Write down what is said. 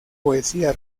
poesía